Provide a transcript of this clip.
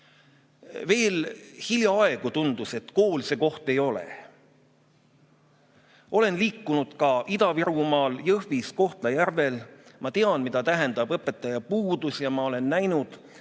Veel hiljaaegu tundus, et kool see koht ei ole. Olen liikunud ka Ida-Virumaal, Jõhvis ja Kohtla-Järvel. Ma tean, mida tähendab õpetajate puudus, ja ma olen näinud